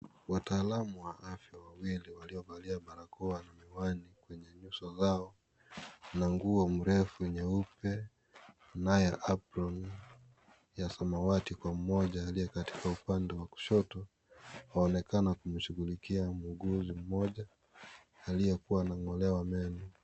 Wataalamu wa afya wawili waliovalia barakoa na miwani kwenye nyuso zao na nguo mrefu nyeupe naye aprone ya samawati kwa mmoja aliyekatika upande wa kushoto wanaonekana kumshughulikia muuguzi mmoja aliyekuwa anang'olewa meno.